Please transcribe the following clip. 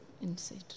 inside